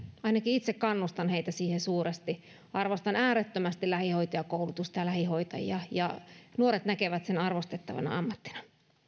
ainakin itse kannustan heitä siihen suuresti arvostan äärettömästi lähihoitajakoulutusta ja lähihoitajia ja nuoret näkevät sen arvostettavana ammattina